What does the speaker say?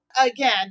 again